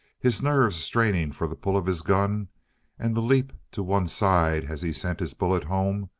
his nerves straining for the pull of his gun and the leap to one side as he sent his bullet home,